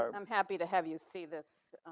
ah i'm happy to have you see this.